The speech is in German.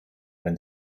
wenn